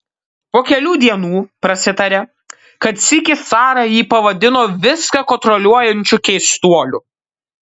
po kelių dienų prasitarė kad sykį sara jį pavadino viską kontroliuojančiu keistuoliu